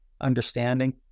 understanding